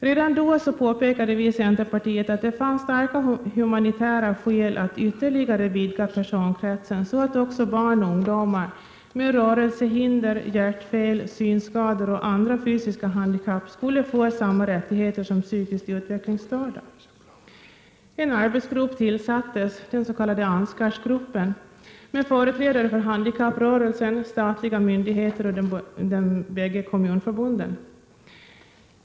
Redan då påpekade vi i centerpartiet att det fanns starka humanitära skäl att ytterligare vidga personkretsen, så att också barn och ungdomar med rörelsehinder, hjärtfel, synskador och andra fysiska handikapp skulle få samma rättigheter som psykiskt utvecklingsstörda. En arbetsgrupp tillsattes — den s.k. Ansgargruppen — med företrädare för handikapprörelsen, statliga myndigheter och de båda kommunförbunden.